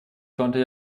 konnte